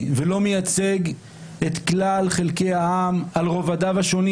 ולא מייצג את כלל חלקי העם על רובדיו השונים